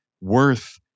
worth